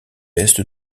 est